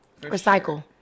Recycle